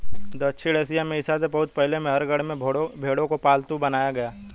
दक्षिण एशिया में ईसा से बहुत पहले मेहरगढ़ में भेंड़ों को पालतू बनाया गया